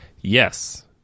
Yes